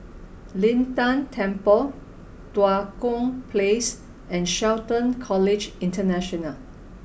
Lin Tan Temple Tua Kong Place and Shelton College International